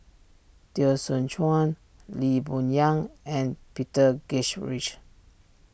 Teo Soon Chuan Lee Boon Yang and Peter rich